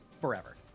Forever